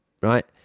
right